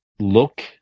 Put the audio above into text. Look